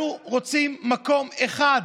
אנחנו רוצים מקום אחד